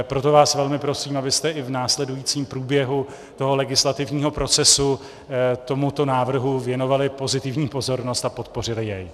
Proto vás velmi prosím, abyste i v následujícím průběhu legislativního procesu tomuto návrhu věnovali pozitivní pozornost a podpořili jej.